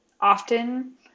often